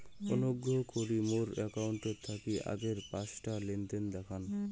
অনুগ্রহ করি মোর অ্যাকাউন্ট থাকি আগের পাঁচটা লেনদেন দেখান